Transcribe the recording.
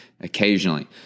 occasionally